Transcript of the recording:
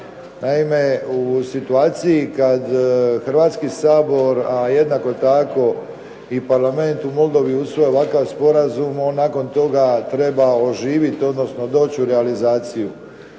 Naime, u situaciji kad Hrvatski sabor a jednako tako i parlament u Moldovi usvoji ovakav sporazum on nakon toga treba oživiti odnosno doći u realizaciju.